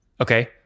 Okay